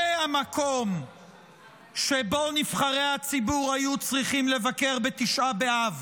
זה המקום שבו נבחרי הציבור היו צריכים לבקר בתשעה באב,